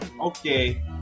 Okay